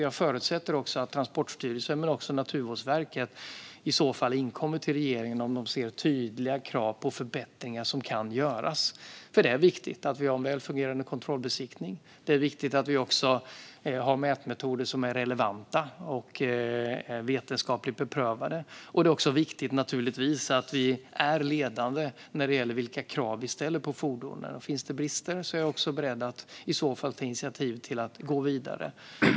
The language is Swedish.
Jag förutsätter att Transportstyrelsen men också Naturvårdsverket inkommer till regeringen om de har tydliga krav på förbättringar som kan göras. Det är viktigt att vi har en väl fungerande kontrollbesiktning. Det är också viktigt att vi har mätmetoder som är relevanta och vetenskapligt beprövade. Det är även naturligtvis viktigt att vi är ledande när det gäller vilka krav vi ställer på fordonen. Finns det brister är jag beredd att ta initiativ till att gå vidare.